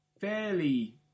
fairly